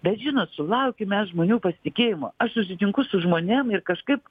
bet žinot sulaukim mes žmonių pasitikėjimo aš susitinku su žmonėm ir kažkaip